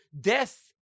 death